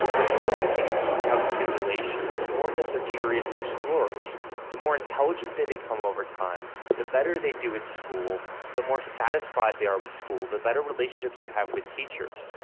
the more that they seek out stimulation the more that they're curious explorers the more intelligent they become over time, the better they do at school, the more satisfied they are with school, the better relationships they have with teachers.